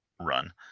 run